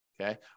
Okay